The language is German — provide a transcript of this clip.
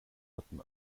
hatten